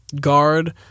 guard